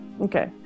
Okay